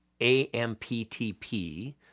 AMPTP